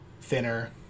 thinner